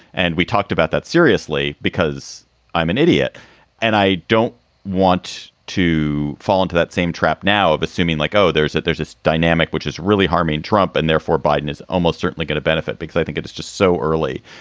and we talked about that seriously because i'm an idiot and i don't want to fall into that same trap now of assuming like, oh, there's that there's this dynamic which is really harming trump. and therefore, biden is almost certainly going to benefit because i think it is just so early.